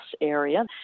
area